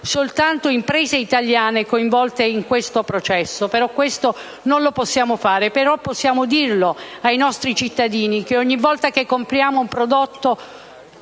soltanto imprese italiane siano coinvolti in questo processo; questo non lo possiamo fare, però possiamo dire ai nostri cittadini che ogni volta che compriamo un prodotto